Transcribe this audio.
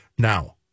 Now